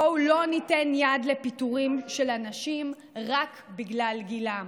בואו לא ניתן יד לפיטורים של אנשים רק בגלל גילם.